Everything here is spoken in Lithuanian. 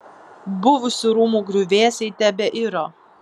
buvusių rūmų griuvėsiai tebeiro